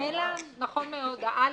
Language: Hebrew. נאלם, נכון מאוד, הא'